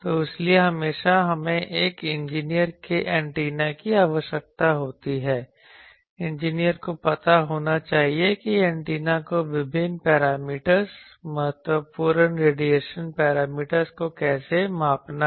तो इसीलिए हमेशा हमें एक इंजीनियर के एंटीना की आवश्यकता होती है इंजीनियर को पता होना चाहिए कि एंटेना को विभिन्न पैरामीटरज़ महत्वपूर्ण रेडिएशन पैरामीटरज़ को कैसे मापना है